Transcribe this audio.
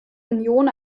union